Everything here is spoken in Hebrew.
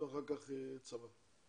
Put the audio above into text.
אתה יכול קודם ללמוד ואחר כך להתגייס לצבא.